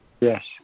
Yes